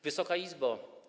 Wysoka Izbo!